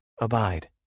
Abide